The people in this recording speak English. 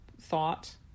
thought